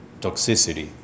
toxicity